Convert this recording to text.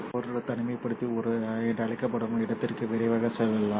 இப்போது ஒரு தனிமைப்படுத்தி என்று அழைக்கப்படும் இடத்திற்கு விரைவாக செல்லலாம்